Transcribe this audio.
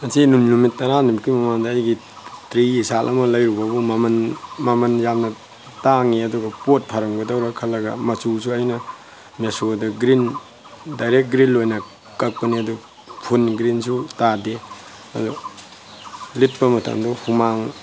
ꯉꯁꯤ ꯅꯨꯃꯤꯠ ꯇꯔꯥꯅꯤꯃꯨꯛꯀꯤ ꯃꯃꯥꯡꯗ ꯑꯩꯒꯤ ꯇ꯭ꯔꯤꯒꯤ ꯁꯥꯔꯠ ꯑꯃ ꯂꯩꯔꯨꯕꯕꯨ ꯃꯃꯟ ꯃꯃꯟ ꯌꯥꯝꯅ ꯇꯥꯡꯏ ꯑꯗꯨꯒ ꯄꯣꯠ ꯐꯔꯝꯒꯗ꯭ꯔ ꯈꯜꯂꯒ ꯃꯆꯨꯁꯨ ꯑꯩꯅ ꯃꯦꯁꯣꯗ ꯒ꯭ꯔꯤꯟ ꯗꯥꯏꯔꯦꯛ ꯒ꯭ꯔꯤꯜ ꯑꯣꯏꯅ ꯀꯛꯄꯅꯦ ꯑꯗꯨ ꯐꯨꯟ ꯒ꯭ꯔꯤꯟꯁꯨ ꯇꯥꯗꯦ ꯑꯗꯨ ꯂꯤꯠꯄ ꯃꯇꯝꯗ ꯍꯨꯃꯥꯡ